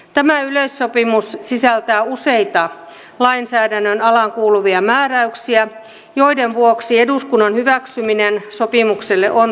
tämä yleissopimus sisältää useita lainsäädännön alaan kuuluvia määräyksiä joiden vuoksi eduskunnan hyväksyminen sopimukselle on tarpeen